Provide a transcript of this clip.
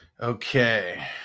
Okay